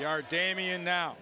yard damien now